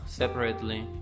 separately